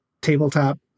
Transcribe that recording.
tabletop